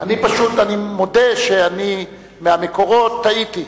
אני פשוט מודה שאני מן המקורות, טעיתי.